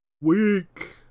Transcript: Weak